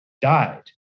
died